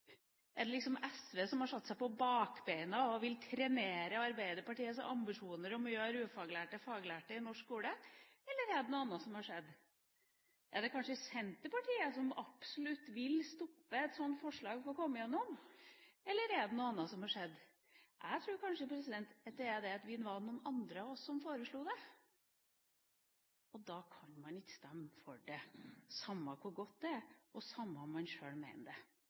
Er det liksom SV som har satt seg på bakbeina og vil trenere Arbeiderpartiets ambisjoner om å gjøre ufaglærte til faglærte i norsk skole? Eller er det noe annet som har skjedd? Er det kanskje Senterpartiet som absolutt vil stoppe et sånt forslag fra å komme igjennom? Jeg tror kanskje at det er det at det var noen andre av oss som foreslo det, og da kan man ikke stemme for det – samme hvor godt det er, og samme om man sjøl mener det